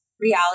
Reality